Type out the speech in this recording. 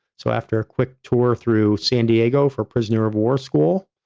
so, after a quick tour through san diego for prisoner of war school,